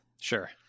sure